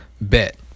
Bet